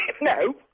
No